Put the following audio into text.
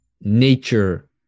nature